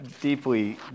deeply